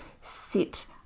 sit